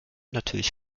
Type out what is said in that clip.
natürlich